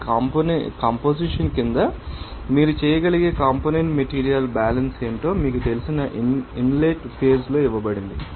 ఈ కంపొజిషన్ కింద మీరు చేయగలిగే కాంపోనెంట్ మెటీరియల్ బ్యాలెన్స్ ఏమిటో మీకు తెలిసిన ఇన్లెట్ ఫేజ్ లో ఇవ్వబడింది